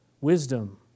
Wisdom